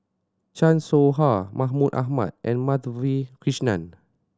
Chan Soh Ha Mahmud Ahmad and Madhavi Krishnan